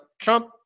Trump